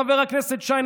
חבר הכנסת שיין,